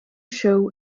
show